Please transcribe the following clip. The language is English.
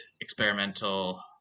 experimental